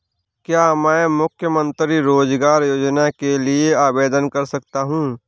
क्या मैं मुख्यमंत्री रोज़गार योजना के लिए आवेदन कर सकता हूँ?